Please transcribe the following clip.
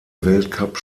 weltcup